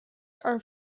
are